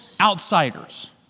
outsiders